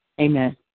Amen